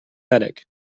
attic